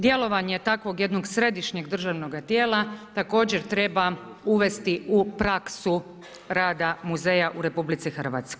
Djelovanje takvog jednog središnjeg državnoga tijela također treba uvesti u praksu rada muzeja u RH.